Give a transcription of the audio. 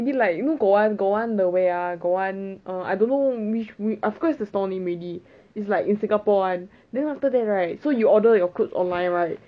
maybe like 如果 got one got one the where ah err got one err I don't know which I forgot what is the stall name already it's like in singapore [one] then after that right so you order your clothes online right